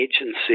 agency